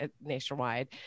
nationwide